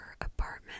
apartment